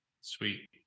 sweet